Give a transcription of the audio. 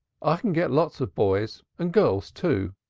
i can get lots of boys, and girls, too.